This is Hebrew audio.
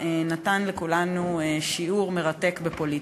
נתן לכולנו שיעור מרתק בפוליטיקה.